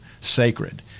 sacred